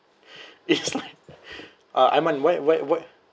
it's like uh iman why why why